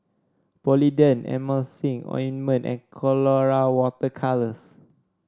Polident Emulsying Ointment and Colora Water Colours